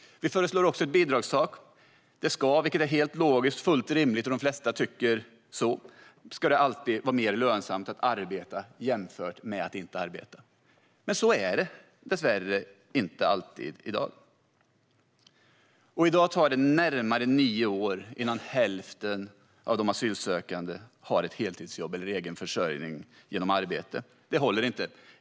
Vi föreslår också ett bidragstak. Det ska alltid vara mer lönsamt att arbeta jämfört med att inte arbeta. Det är helt logiskt och fullt rimligt, och de flesta tycker så. Men så är det dessvärre inte alltid i dag, och i dag tar det närmare nio år innan hälften av de asylsökande har ett heltidsjobb eller en egen försörjning genom arbete. Det håller inte.